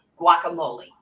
guacamole